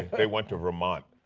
they went to vermont.